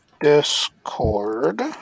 Discord